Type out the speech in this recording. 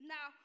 Now